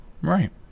Right